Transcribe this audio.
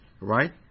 Right